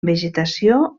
vegetació